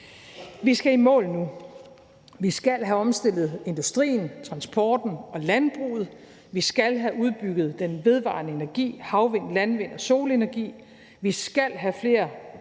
Vi skal i mål nu, vi skal have omstillet industrien, transporten og landbruget, vi skal have udbygget den vedvarende energi, havvind, landvind og solenergi, vi skal have flere